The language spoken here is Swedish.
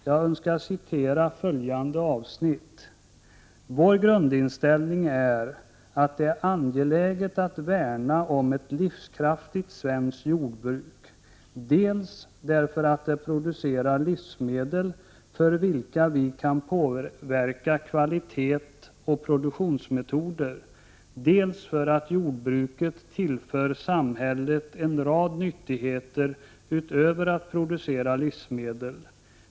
Jag önskar citera följande avsnitt: ”Vår grundinställning är att det är angeläget att värna om ett livskraftigt svenskt jordbruk, dels därför att det producerar livsmedel för vilka vi kan påverka kvalitet och produktionsmetoder, dels för att jordbruket tillför samhället en rad nyttigheter utöver att producera livsmedel.